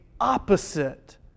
opposite